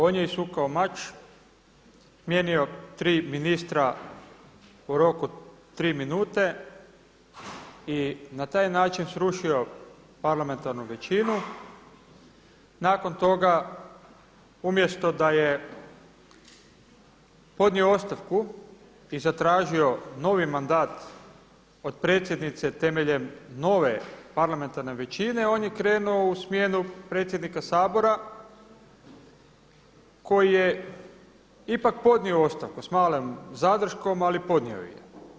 On je isukao mač, smijenio tri ministra u roku tri minute i na taj način srušio parlamentarnu većinu, nakon toga umjesto da je podnio ostavku i zatražio novi mandat od predsjednice temeljem nove parlamentarne većine, on je krenuo u smjenu predsjednika Sabora koji je ipak podnio ostavku, s malom zadrškom ali podnio ju je.